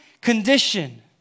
condition